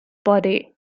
buddy